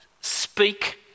speak